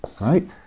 right